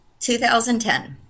2010